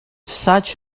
such